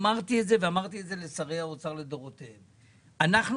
אמרתי את זה ואמרתי את זה לשרי האוצר לדורותיהם: אנחנו